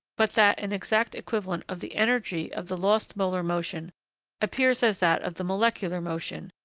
but that an exact equivalent of the energy of the lost molar motion appears as that of the molecular motion,